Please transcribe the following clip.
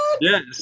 Yes